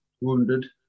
wounded